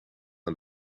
aan